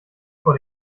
vor